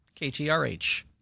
KTRH